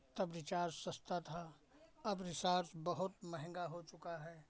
तब रिचार्ज सस्ता था अब रिचार्ज बहुत महंगा हो चुका है